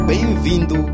Bem-vindo